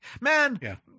Man